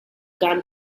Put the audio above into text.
kan